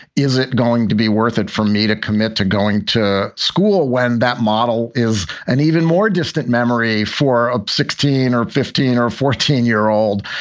is it going to be worth it for me to commit to going to school when that model is an even more distant memory for ah sixteen or fifteen or fourteen year old?